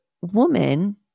woman